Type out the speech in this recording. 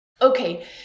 Okay